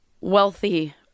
wealthy